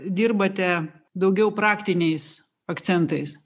dirbate daugiau praktiniais akcentais